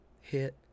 hit